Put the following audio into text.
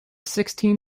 sixteen